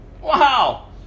Wow